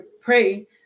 pray